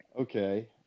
okay